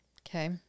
Okay